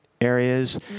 areas